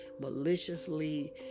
maliciously